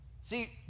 See